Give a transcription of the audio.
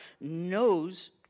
knows